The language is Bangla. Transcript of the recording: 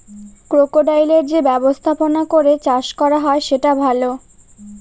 ক্রোকোডাইলের যে ব্যবস্থাপনা করে চাষ করা হয় সেটা ভালো